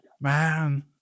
Man